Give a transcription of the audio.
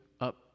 up